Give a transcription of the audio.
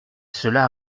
cela